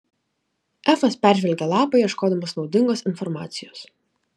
efas peržvelgė lapą ieškodamas naudingos informacijos